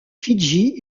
fidji